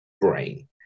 brain